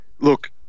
look